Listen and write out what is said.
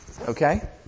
Okay